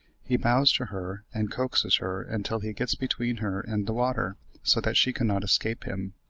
he bows to her and coaxes her until he gets between her and the water so that she cannot escape him.